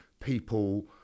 people